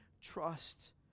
trust